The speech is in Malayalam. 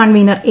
convener A